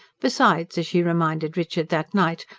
besides, as she reminded richard that night,